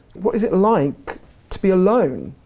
what is it like to be alone?